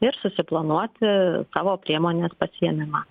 ir susiplanuoti savo priemonės pasiėmimą